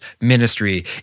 ministry